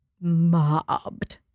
mobbed